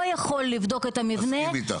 יכול לבדוק את המבנה --- אני מסכים איתך.